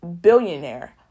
billionaire